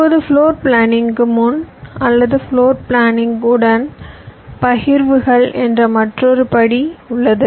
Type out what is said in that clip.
இப்போது ஃப்ளோர் பிளானிங்க்கு முன் அல்லது ஃப்ளோர் பிளானிங் உடன் பகிர்வுகள் என்ற மற்றொரு படி உள்ளது